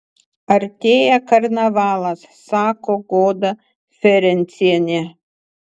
artėja karnavalas sako goda ferencienė